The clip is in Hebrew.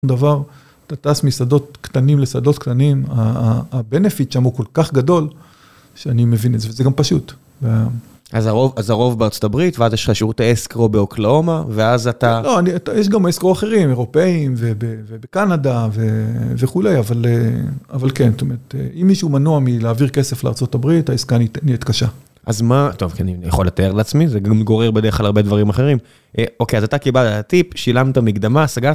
דבר, אתה טס משדות קטנים לשדות קטנים, היתרון שם הוא כל כך גדול שאני מבין את זה, וזה גם פשוט. אז הרוב בארצות הברית, ואז יש לך שירותי אסקרו באוקלאומה, ואז אתה... לא, יש גם אסקרו אחרים, אירופאיים ובקנדה וכולי, אבל כן, זאת אומרת, אם מישהו מנוע מלהעביר כסף לארצות הברית, העסקה נהיית קשה. אז מה, טוב, אני יכול לתאר לעצמי, זה גם גורר בדרך כלל הרבה דברים אחרים. אוקיי, אז אתה קיבלת טיפ, שילמת מקדמה, סגרת...